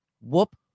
Whoop